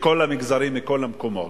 מכל המגזרים, מכל המקומות.